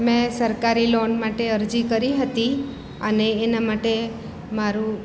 મેં સરકારી લોન માટે અરજી કરી હતી અને એના માટે મારું